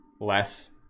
less